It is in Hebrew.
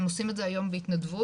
הם עושים את זה היום בהתנדבות,